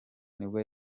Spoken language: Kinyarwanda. nibwo